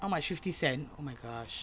how much fifty cents oh my gosh